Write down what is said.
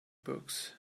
books